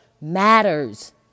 matters